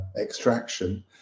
extraction